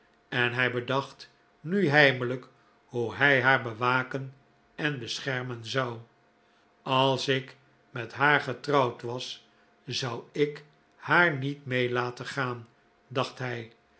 en hij bedacht nu heimelijk hoe hij haar bewaken en beschermen zou als ik met haar getrouwd was zou ik haar niet mee laten gaan dacht hij